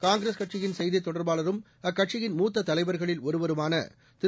காங்கிரஸ் கட்சியின் செய்தி தொடர்பாளரும் அக்கட்சியின் மூத்த தலைவர்களில் ஒருவருமான திரு